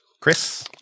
Chris